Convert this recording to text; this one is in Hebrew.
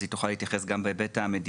אז היא תוכל להתייחס גם בהיבט המדינה.